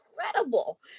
incredible